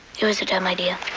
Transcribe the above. it was a dumb idea.